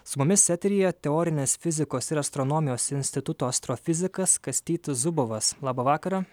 su mumis eteryje teorinės fizikos ir astronomijos instituto astrofizikas kastytis zubovas laba vakarą